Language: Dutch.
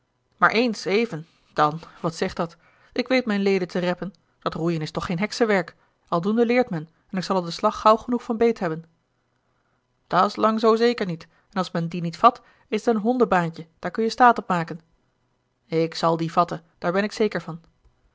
maar eens even dan wat zegt dat ik weet mijne leden te reppen dat roeien is toch geen heksenwerk al doende leert men en ik zal er den slag gauw genoeg van beet hebben dat's lang zoo zeker niet en als men dien niet vat is t een honden baantje daar kun je staat op maken ik zal dien vatten daar ben ik zeker van